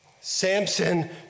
Samson